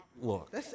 look